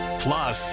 plus